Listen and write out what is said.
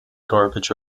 garbage